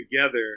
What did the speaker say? together